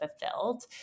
fulfilled